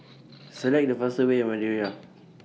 Select The fastest Way